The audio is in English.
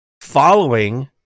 following